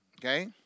okay